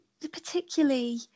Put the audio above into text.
particularly